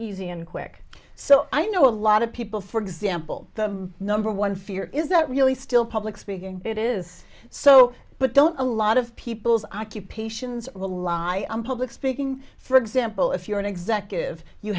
easy and quick so i know a lot of people for example the number one fear is that really still public speaking it is so but don't a lot of people's occupations will lie on public speaking for example if you're an executive you